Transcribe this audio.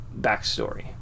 backstory